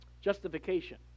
Justification